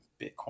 Bitcoin